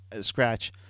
scratch